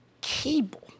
cable